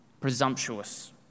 Presumptuous